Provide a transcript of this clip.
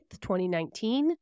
2019